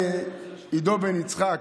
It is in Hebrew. לעידו בן יצחק,